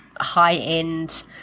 high-end